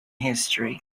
history